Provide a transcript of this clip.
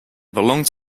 belonged